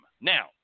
Now